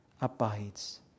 abides